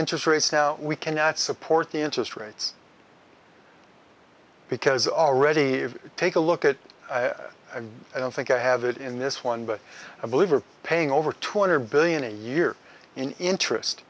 interest rates now we can at support the interest rates because already if you take a look at i don't think i have it in this one but i believe are paying over two hundred billion a year in interest